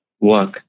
work